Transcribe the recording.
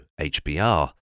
HBR